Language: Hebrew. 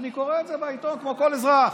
אני קורא את זה בעיתון כמו כל אזרח.